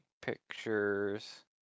pictures